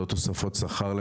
לא תוספות שכר למהנדסים,